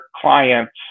clients